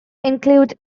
includes